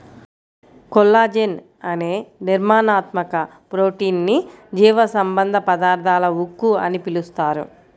collagen అనే నిర్మాణాత్మక protein ని జీవసంబంధ పదార్థాల ఉక్కు అని పిలుస్తారు